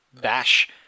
bash